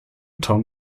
tom